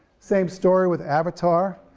same story with avatar,